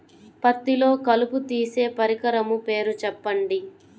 పత్తిలో కలుపు తీసే పరికరము పేరు చెప్పండి